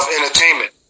entertainment